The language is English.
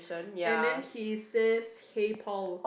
and then he says hey Paul